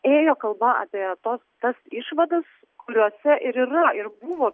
ėjo kalba apie tos tas išvadas kuriose ir yra ir buvo